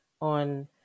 on